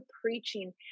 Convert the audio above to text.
preaching